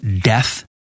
death